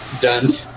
done